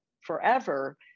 forever